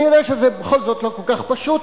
אני יודע שזה בכל זאת לא כל כך פשוט,